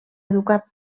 educat